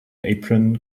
apron